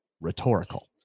rhetorical